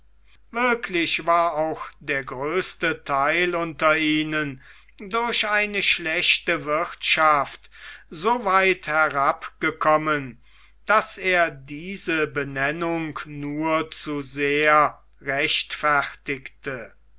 wirklich war auch der größte theil unter ihnen durch eine schlechte wirthschaft so weit herabgekommen daß er diese benennung nur zu sehr rechtfertigte